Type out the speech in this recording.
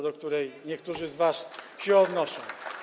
do której niektórzy z was się odnoszą.